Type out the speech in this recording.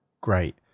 great